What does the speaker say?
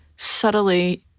subtly